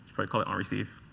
probably call it on receive.